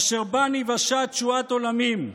אשר בה ניוושע תשועת עולמים,